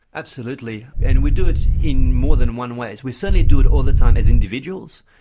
absolutely, and we do it in more than one way. we certainly do it all the time as individuals.